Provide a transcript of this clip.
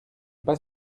pas